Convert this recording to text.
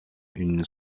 une